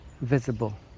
visible